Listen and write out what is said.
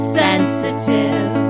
sensitive